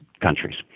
countries